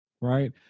Right